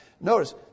Notice